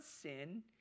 sin